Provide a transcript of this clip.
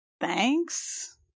Thanks